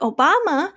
Obama 。